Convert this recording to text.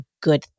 good